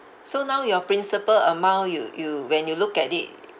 so now your principal amount you you when you look at it